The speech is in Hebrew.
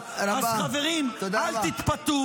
תודה רבה, תודה רבה.